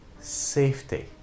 safety